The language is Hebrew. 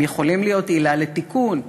הם יכולים להיות עילה לתיקון,